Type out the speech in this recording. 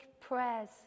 prayers